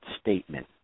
statement